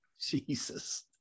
Jesus